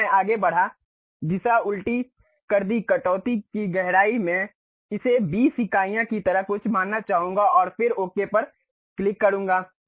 तो मैं आगे बढ़ा दिशा उलटी कर दी कटौती की गहराई मैं इसे 20 इकाइयों की तरह कुछ मानना चाहूंगा और फिर ओके पर क्लिक करूंगा